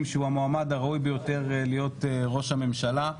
שהוא המועמד הראוי ביותר להיות ראש ממשלה,